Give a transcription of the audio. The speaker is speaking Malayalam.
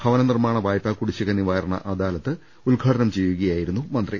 ഭവന നിർമാണ വായ്പാ കുടിശിക നിവാരണ് അദാലത്ത് ഉദ്ഘാടനം ചെയ്യുക യായിരുന്നു മന്ത്രി